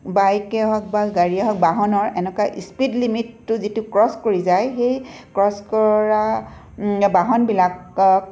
বাইকে হওক বা গাড়ীয়ে হওক বাহনৰ এনেকুৱা স্পিড লিমিটটো যিটো ক্ৰছ কৰি যায় সেই ক্ৰছ কৰা বাহনবিলাকক